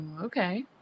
okay